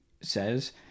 says